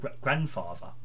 grandfather